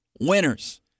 winners